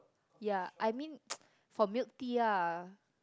ya I mean for milk tea ah